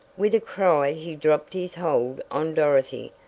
with a cry he dropped his hold on dorothy,